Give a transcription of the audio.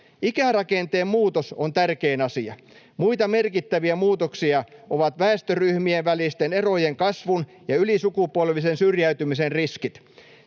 Ikärakenteen muutos on tärkein asia. Muita merkittäviä muutoksia ovat väestöryhmien välisten erojen kasvu ja ylisukupolvisen syrjäytymisen riskit,